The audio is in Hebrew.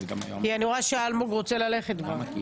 אני רואה שאלמוג רוצה ללכת כבר.